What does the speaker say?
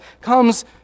comes